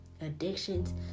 addictions